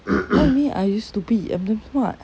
what you mean are you stupid I'm damn smart